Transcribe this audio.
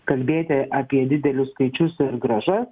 kalbėti apie didelius skaičius ir grąžas